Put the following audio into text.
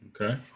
Okay